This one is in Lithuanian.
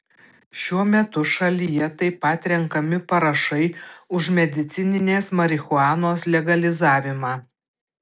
šiuo metu šalyje taip pat renkami parašai už medicininės marihuanos legalizavimą